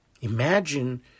Imagine